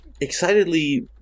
excitedly